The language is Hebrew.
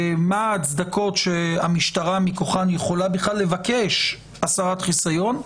בשאלה מה ההצדקות שהמשטרה יכולה מכוחן לבקש הסרת חיסיון,